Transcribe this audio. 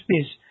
space